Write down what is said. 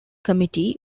committee